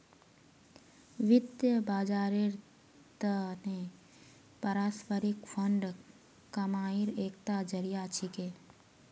वित्त बाजारेर त न पारस्परिक फंड कमाईर एकता जरिया छिके